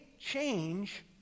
change